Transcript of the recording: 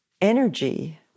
energy